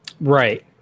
Right